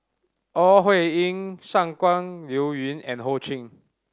Ore Huiying Shangguan Liuyun and Ho Ching